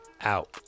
out